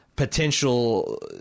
potential